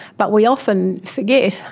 but we often forget,